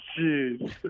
jeez